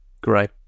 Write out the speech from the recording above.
Great